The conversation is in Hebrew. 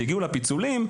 כשהגיעו לפיצולים,